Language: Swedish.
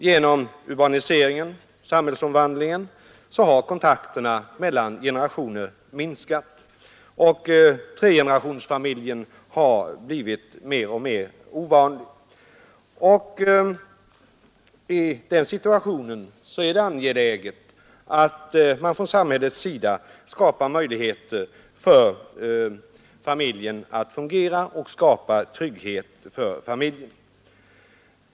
Genom urbaniseringen och samhällsomvandlingen i övrigt har kontakterna mellan generationerna minskat och tregenerationersfamiljen har blivit mer och mer ovanlig. I den situationen är det angeläget att samhället ger möjligheter för familjen att fungera och skapar trygghet för den.